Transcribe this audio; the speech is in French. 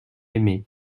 aimé